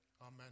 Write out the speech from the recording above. Amen